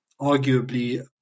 arguably